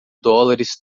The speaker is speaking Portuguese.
dólares